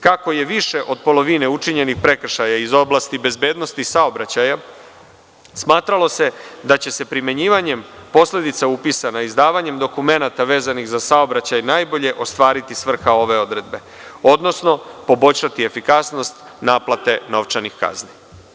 Kako je više od polovine učinjenih prekršaja iz oblasti bezbednosti saobraćaja, smatralo se da će se primenjivanjem posledica upisana, izdavanjem dokumenata vezanih za saobraćaj najbolje ostvariti svrha ove odredbe, odnosno poboljšati efikasnost naplate novčanih kazni.